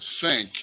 sink